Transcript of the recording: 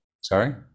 sorry